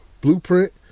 Blueprint